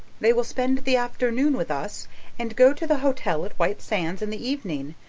they will spend the afternoon with us and go to the hotel at white sands in the evening,